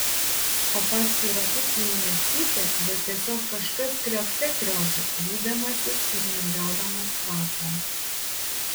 o paskui ratus jau ne cypė bet tiesiog kažkas kriokte kriokė vydamasis ir neatgaudamas kvapo